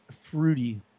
Fruity